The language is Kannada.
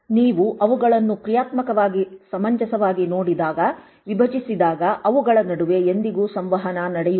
ನೀವು ಅವುಗಳನ್ನು ಕ್ರಿಯಾತ್ಮಕವಾಗಿ ಸಮಂಜಸವಾಗಿ ನೋಡಿದಾಗ ವಿಭಜಿಸಿದಾಗ ಅವುಗಳ ನಡುವೆ ಎಂದಿಗೂ ಸಂವಹನ ನಡೆಸುವುದಿಲ್ಲ